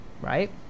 right